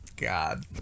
God